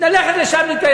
ללכת לשם להתפלל.